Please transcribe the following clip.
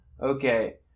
Okay